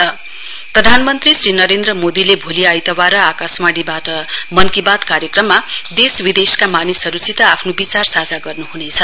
PM Mann Ki Baat प्रधानमन्त्री श्री नरेन्द्र मोदीले भोलि आइतबार आकाशवाणीबाट मन की बात कार्यक्रममा देश विदेशका मानिसहरूसित आफ्नो विचार साझा गर्नुहुनेछ